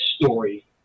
story